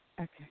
Okay